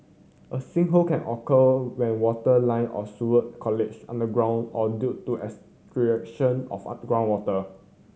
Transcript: a sinkhole can occur when water line or sewer college underground or due to extraction of groundwater